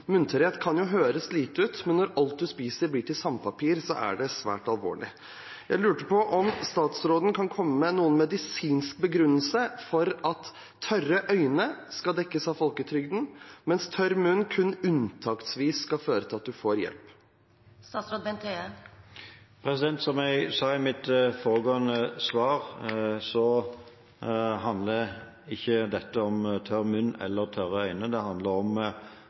kan høres lite ut, men når alt du spiser, blir til sandpapir, er det svært alvorlig. Jeg lurte på om statsråden kan komme med noen medisinsk begrunnelse for at tørre øyne skal dekkes av folketrygden, mens tørr munn kun unntaksvis skal føre til at du får hjelp. Som jeg sa i mitt forrige svar, handler ikke dette om tørr munn eller tørre